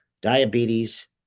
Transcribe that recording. diabetes